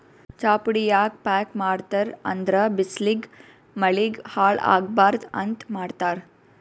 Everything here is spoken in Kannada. ಚಾಪುಡಿ ಯಾಕ್ ಪ್ಯಾಕ್ ಮಾಡ್ತರ್ ಅಂದ್ರ ಬಿಸ್ಲಿಗ್ ಮಳಿಗ್ ಹಾಳ್ ಆಗಬಾರ್ದ್ ಅಂತ್ ಮಾಡ್ತಾರ್